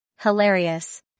Hilarious